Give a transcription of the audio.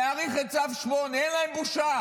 להאריך את צו 8. אין להם בושה,